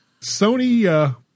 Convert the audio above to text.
Sony